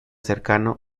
cercano